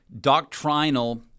doctrinal